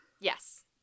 Yes